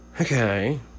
Okay